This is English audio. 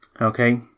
Okay